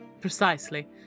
Precisely